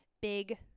big